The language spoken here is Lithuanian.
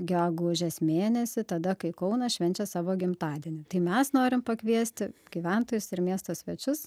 gegužės mėnesį tada kai kaunas švenčia savo gimtadienį tai mes norim pakviesti gyventojus ir miesto svečius